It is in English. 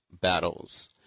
battles